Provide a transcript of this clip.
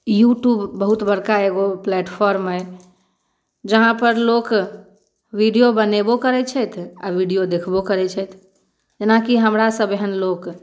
YouTube बहुत बड़का एगो प्लेटफॉर्म अइ जहाँ पर लोक वीडियो बनेबो करैत छथि आ वीडियो देखबो करै छथि जेना कि हमरासभ एहन लोक